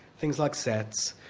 things like sets,